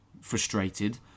frustrated